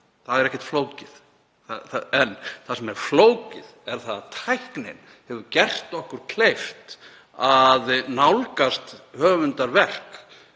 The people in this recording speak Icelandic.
það er ekkert flókið. Það sem er flókið er að tæknin hefur gert okkur kleift að nálgast höfundarverk